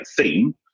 theme